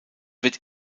wird